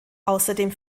außerdem